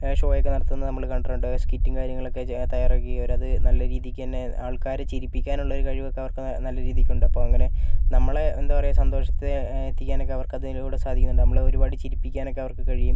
show ഒക്കെ നടത്തുന്നത് നമ്മൾ കണ്ടിട്ടുണ്ട് സ്കിറ്റും കാര്യങ്ങളൊക്കെ തയ്യാറാക്കി അവർ അത് നല്ല രീതിക്ക് തന്നെ ആൾക്കാരെ ചിരിപ്പിക്കാനുള്ള കഴിവൊക്കെ അവർക്ക് നല്ല രീതിക്കുണ്ട് അപ്പോൾ അങ്ങനെ നമ്മളെ എന്താണ് പറയുക സന്തോഷത്തിൽ എത്തിക്കാനൊക്കെ അവർക്കതിലൂടെ സാധിക്കുന്നുണ്ട് നമ്മളെ ഒരുപാട് ചിരിപ്പിക്കാനൊക്കെ അവർക്ക് കഴിയും